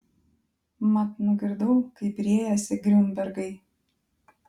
mat nugirdau kaip riejasi griunbergai